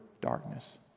darkness